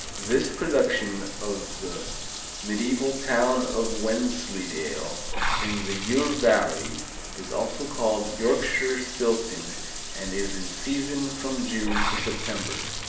this production of the medieval town of wensleydale in the ure valley is also called yorkshire-stilton and is in season from june to september.